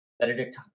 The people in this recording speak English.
Benedict